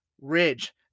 Ridge